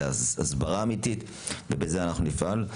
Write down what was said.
זאת הסברה אמיתית ובזה אנחנו נפעל.